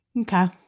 Okay